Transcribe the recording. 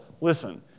listen